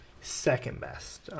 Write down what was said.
second-best